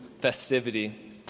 festivity